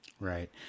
Right